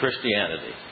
Christianity